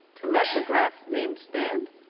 to let mcgrath's name stand.